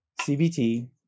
CBT